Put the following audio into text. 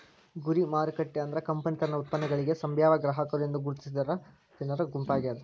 ಗುರಿ ಮಾರುಕಟ್ಟೆ ಅಂದ್ರ ಕಂಪನಿ ತನ್ನ ಉತ್ಪನ್ನಗಳಿಗಿ ಸಂಭಾವ್ಯ ಗ್ರಾಹಕರು ಎಂದು ಗುರುತಿಸಿರ ಜನರ ಗುಂಪಾಗ್ಯಾದ